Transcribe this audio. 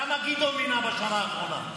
כמה גדעון מינה בשנה האחרונה?